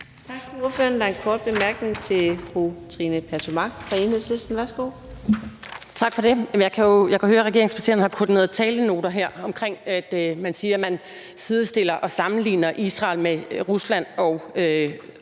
Tak til ordføreren. Der er en kort bemærkning til fru Trine Pertou Mach fra Enhedslisten. Værsgo. Kl. 17:52 Trine Pertou Mach (EL): Tak for det. Jeg kan jo høre, at regeringspartierne har koordineret talenoter her omkring, at man siger, at man sidestiller og sammenligner Israel med Rusland og